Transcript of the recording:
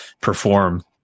perform